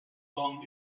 long